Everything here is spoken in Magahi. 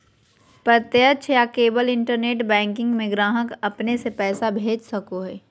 प्रत्यक्ष या केवल इंटरनेट बैंकिंग में ग्राहक अपने से पैसा भेज सको हइ